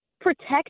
protect